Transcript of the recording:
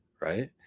right